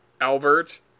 Albert